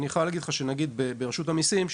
ברשות המיסים,